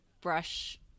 brush